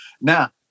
Now